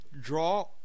Draw